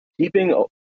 keeping